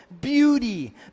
beauty